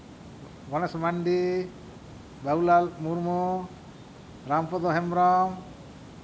Ganesh Mandi Babulal Murmu Rampada Hembrom